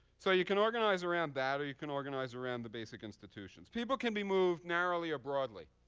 so you can organize around that, or you can organize around the basic institutions. people can be moved narrowly or broadly.